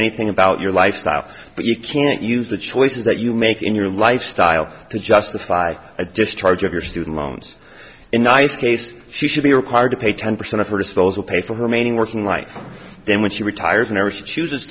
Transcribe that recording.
anything about your lifestyle but you can't use the choices that you make in your lifestyle to justify a discharge of your student loans in nice case she should be required to pay ten percent of her disposal pay for her meaning working life then when she retires and irish chooses